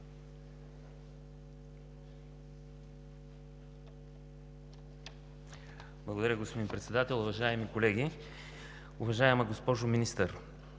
Уважаеми господин Председател, уважаеми колеги! Уважаема госпожо Министър,